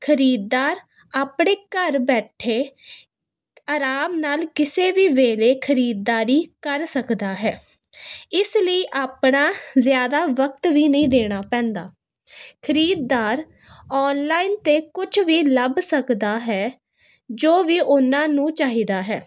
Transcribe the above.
ਖਰੀਦਦਾਰ ਆਪਣੇ ਘਰ ਬੈਠੇ ਆਰਾਮ ਨਾਲ ਕਿਸੇ ਵੀ ਵੇਲੇ ਖਰੀਦਦਾਰੀ ਕਰ ਸਕਦਾ ਹੈ ਇਸ ਲਈ ਆਪਣਾ ਜ਼ਿਆਦਾ ਵਕਤ ਵੀ ਨਹੀਂ ਦੇਣਾ ਪੈਂਦਾ ਖਰੀਦਦਾਰ ਆਨਲਾਈਨ 'ਤੇ ਕੁਛ ਵੀ ਲੱਭ ਸਕਦਾ ਹੈ ਜੋ ਵੀ ਉਹਨਾਂ ਨੂੰ ਚਾਹੀਦਾ ਹੈ